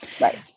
right